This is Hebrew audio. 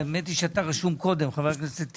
האמת שאתה כתוב קודם, חבר הכנסת טיבי.